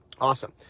awesome